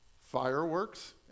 Fireworks